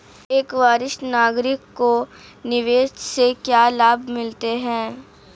एक वरिष्ठ नागरिक को निवेश से क्या लाभ मिलते हैं?